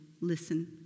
listen